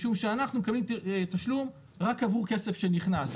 משום שאנחנו מקבלים תשלום רק עבור כסף שנכנס.